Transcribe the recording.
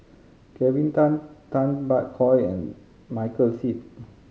Kelvin Tan Tay Bak Koi and Michael Seet